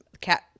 cat